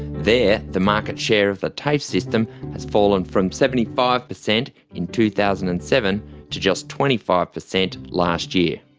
there the market share of the tafe system has fallen from seventy five percent in two thousand and seven to just twenty five percent last year.